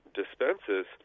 dispenses